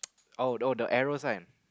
oh no the arrow sign